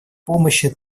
помощи